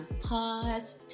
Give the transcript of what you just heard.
pause